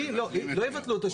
לא יבטלו אותו.